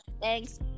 Thanks